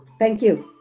thank you.